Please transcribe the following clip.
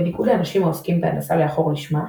בניגוד לאנשים העוסקים בהנדסה לאחור לשמה,